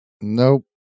Nope